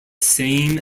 same